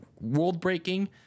world-breaking